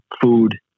Food